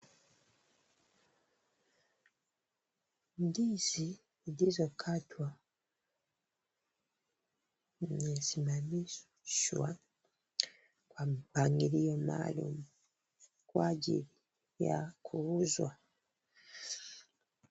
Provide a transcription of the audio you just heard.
Ndizi zilizokatwa zimesimamishwa kwa mipangilio maalumu kwa ajili ya kuuzwa.